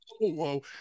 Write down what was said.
whoa